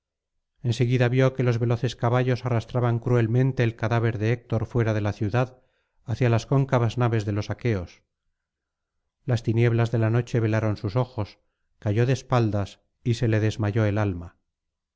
en seguida vio que los veloces caballos arrastraban cruelmente el cadáver de héctor fuera de la ciudad hacia las cóncavas naves de los aqueos las tinieblas de la noche velaron sus ojos cayó de espaldas y se le desmayó el alma